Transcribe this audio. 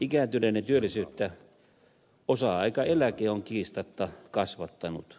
ikääntyneiden työllisyyttä osa aikaeläke on kiistatta kasvattanut